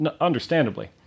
Understandably